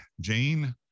Jane